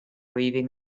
leaving